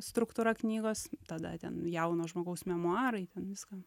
struktūra knygos tada ten jauno žmogaus memuarai ten viską